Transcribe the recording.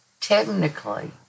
Technically